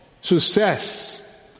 Success